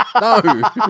No